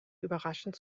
überraschend